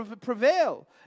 prevail